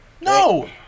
No